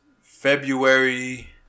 February